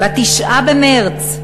ב-9 במרס,